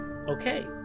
Okay